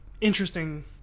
interesting